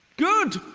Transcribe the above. good.